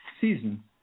season